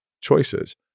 choices